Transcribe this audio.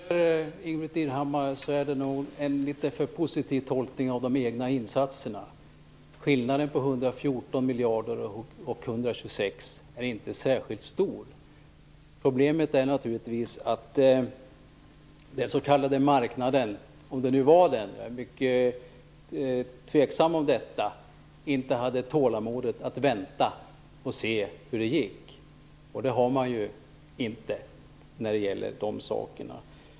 Herr talman! Tyvärr gör Ingbritt Irhammar nog en litet för positiv tolkning av de egna insatserna. Skillnaden mellan 114 miljarder och 126 miljarder är inte särskilt stor. Problemet är naturligtvis att den s.k. marknaden, om det nu var den, jag är mycket tveksam till det, inte hade tålamod att vänta och se hur det gick. Det har man ju inte när det gäller sådana saker.